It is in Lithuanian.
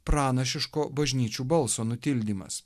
pranašiško bažnyčių balso nutildymas